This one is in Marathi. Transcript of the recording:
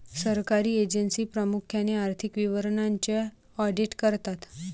सरकारी एजन्सी प्रामुख्याने आर्थिक विवरणांचे ऑडिट करतात